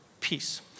peace